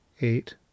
Eight